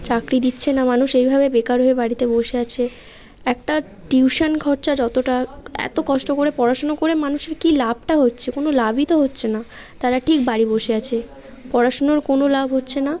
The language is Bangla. চাকরি দিচ্ছে না মানুষ এইভাবে বেকার হয়ে বাড়িতে বসে আছে একটা টিউশন খরচা যতটা এত কষ্ট করে পড়াশুনো করে মানুষের কী লাভটা হচ্ছে কোনো লাভই তো হচ্ছে না তারা ঠিক বাড়ি বসে আছে পড়াশুনোর কোনো লাভ হচ্ছে না